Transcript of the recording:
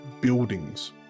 buildings